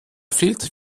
fehlt